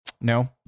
No